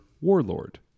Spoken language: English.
Warlord